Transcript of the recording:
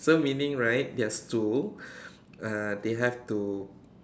so meaning right their stool uh they have to